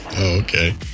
okay